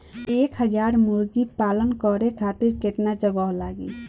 एक हज़ार मुर्गी पालन करे खातिर केतना जगह लागी?